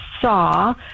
saw